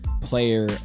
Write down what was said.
player